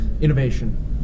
innovation